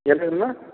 என்னதும்மா